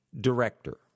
director